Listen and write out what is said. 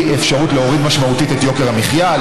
אפשרות להוריד משמעותית את יוקר המחיה,